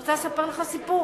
אני רוצה לספר לך סיפור,